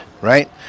right